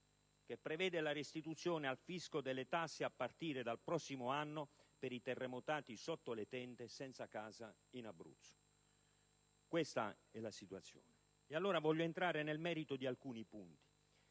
che prevede la restituzione al fisco delle tasse a partire dal prossimo anno per i terremotati sotto le tende e senza casa in Abruzzo. Questa è la situazione. Voglio ora entrare nel merito di alcuni punti.